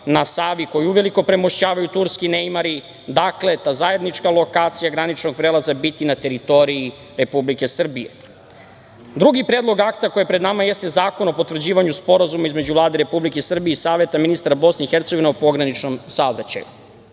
na Savi koji uveliko premošćavaju turski neimari, dakle ta zajednička lokacija graničnog prelaza biti na teritorij Republike Srbije. Drugi predlog akta koji je pred nama jeste Zakon o potvrđivanju sporazuma između Vlade Republike Srbije i Saveta ministara BiH o pograničnom saobraćaju,